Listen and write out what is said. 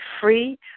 free